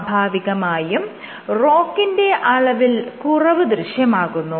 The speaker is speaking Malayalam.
സ്വാഭാവികമായും ROCK ന്റെ അളവിൽ കുറവ് ദൃശ്യമാകുന്നു